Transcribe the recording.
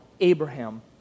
Abraham